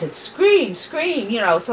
and scream, scream, you know. so